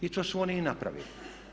I to su oni i napravili.